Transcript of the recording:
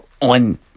on